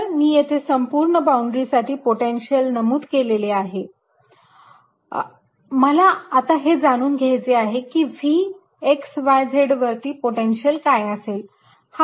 तर मी येथे संपूर्ण बाउंड्री साठी पोटेन्शिअल नमूद केलेले आहे मला आता हे जाणून घ्यायचे आहे की V x y z वरती पोटेन्शिअल काय असेल